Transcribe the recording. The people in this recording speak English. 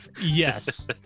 yes